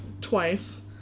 twice